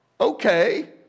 okay